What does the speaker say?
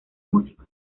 músicos